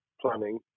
planning